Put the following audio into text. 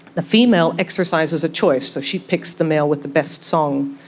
the female exercises a choice, so she picks the male with the best song.